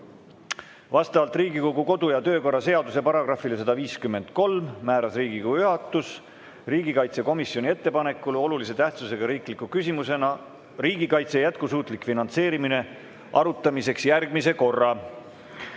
Vastavalt Riigikogu kodu- ja töökorra seaduse §-le 153 määras Riigikogu juhatus riigikaitsekomisjoni ettepanekul olulise tähtsusega riikliku küsimuse "Riigikaitse jätkusuutlik finantseerimine" arutamiseks järgmise korra.